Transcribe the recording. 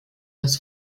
das